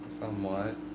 Somewhat